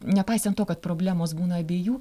nepaisant to kad problemos būna abiejų